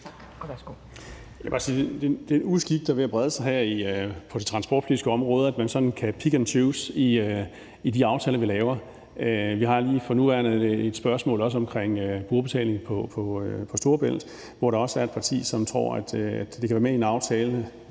Der er en uskik, der er ved at brede sig her på det transportpolitiske område, nemlig at man sådan kan pick and choose i de aftaler, vi laver. Vi har lige for nuværende også spørgsmålet omkring brugerbetaling på Storebæltsbroen, hvor der også er et parti, som tror, at de kan være med i en aftale,